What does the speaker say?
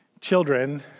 Children